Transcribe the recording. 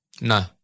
No